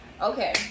Okay